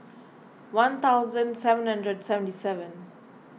one thousand seven hundred and seventy seven